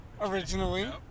originally